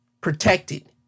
protected